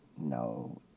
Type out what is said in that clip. no